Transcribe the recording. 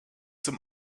zum